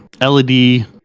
LED